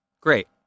Great